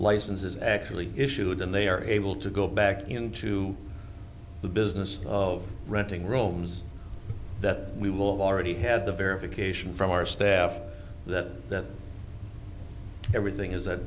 license is actually issued and they are able to go back into the business of renting rooms that we will already have the verification from our staff that everything is